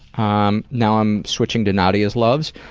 um now i'm switching to nadia's loves.